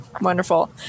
Wonderful